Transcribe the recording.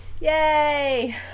Yay